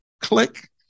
click